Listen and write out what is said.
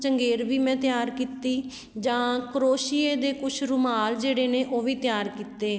ਚੰਗੇਰ ਵੀ ਮੈਂ ਤਿਆਰ ਕੀਤੀ ਜਾਂ ਕਰੋਸ਼ੀਏ ਦੇ ਕਛ ਰੁਮਾਲ ਜਿਹੜੇ ਨੇ ਉਹ ਵੀ ਤਿਆਰ ਕੀਤੇ